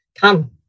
Come